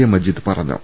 A Majeed പറഞ്ഞു